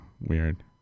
weird